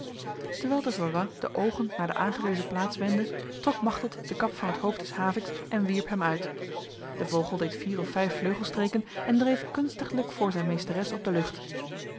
terwijl de valois de ogen naar de aangewezen plaats wendde trok machteld de kap van het hoofd des haviks en wierp hem uit de vogel deed vier of vijf vleugelstreken en dreef kunstiglijk voor zijn meesteres op de lucht